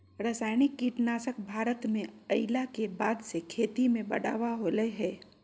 रासायनिक कीटनासक भारत में अइला के बाद से खेती में बढ़ावा होलय हें